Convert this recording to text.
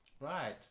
Right